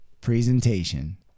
presentation